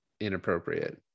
inappropriate